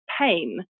pain